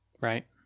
Right